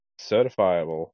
certifiable